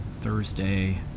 thursday